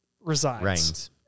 resides